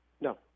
no